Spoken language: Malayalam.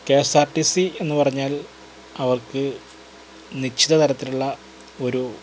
K S R T C എന്ന് പറഞ്ഞാൽ അവർക്ക് നിശ്ചിത തരത്തിലുള്ള ഒരു